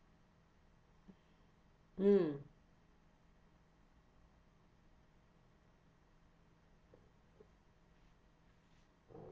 mm